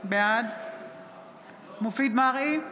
בעד מופיד מרעי,